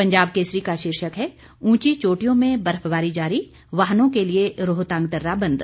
पंजाब केसरी का शीर्षक है उंची चोटियों में बर्फबारी जारी वाहनों के लिए रोहतांग दर्रा बंद